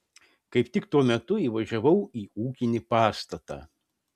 kaip tik tuo metu įvažiavau į ūkinį pastatą